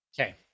Okay